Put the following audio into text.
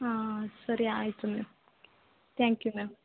ಹಾಂ ಸರಿ ಆಯಿತು ಮ್ಯಾಮ್ ತ್ಯಾಂಕ್ ಯು ಮ್ಯಾಮ್